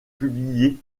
publié